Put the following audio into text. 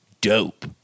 dope